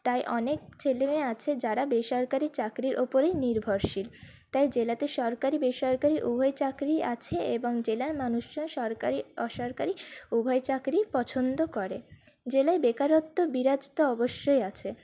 তাই অনেক ছেলেমেয়ে আছে যারা বেসরকারি চাকরির ওপরেই নির্ভরশীল তাই জেলাতে সরকারি বেসরকারি উভয় চাকরিই আছে এবং জেলার মানুষজন সরকারি বেসরকারি উভয় চাকরিই পছন্দ করে জেলায় বেকারত্ব বিরাজ তো অবশ্যই আছে